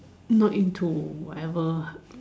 not into whatever